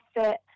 fit